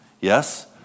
Yes